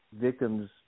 victims